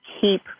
keep